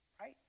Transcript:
right